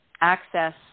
access